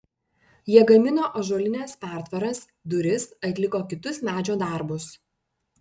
jie gamino ąžuolines pertvaras duris atliko kitus medžio darbus